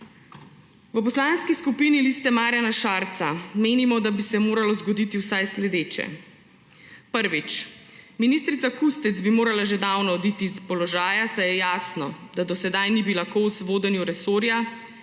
V Poslanski skupini Liste Marjana Šarca menimo, da bi se moralo zgoditi vsaj naslednje. Prvič. Ministrica Kustec bi morala že davno oditi s položaja, saj je jasno, da do sedaj ni bila kos vodenju resorja,